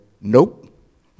Nope